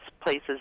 places